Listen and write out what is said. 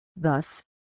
Thus